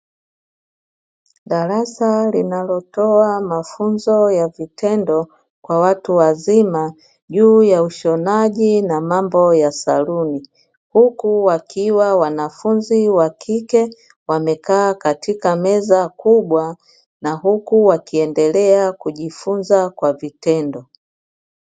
Darasa linalotoa mafunzo ya vitendo kwa watu wazima, juu ya ushonaji na mambo ya saluni, huku wakiwa wanafunzi wa kike ,wamekaa katika meza kubwa, na huku wakiendelea kujifunza kwa vitendo.